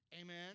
Amen